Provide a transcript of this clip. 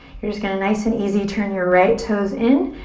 you're just gonna, nice and easy, turn your right toes in,